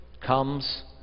comes